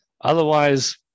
otherwise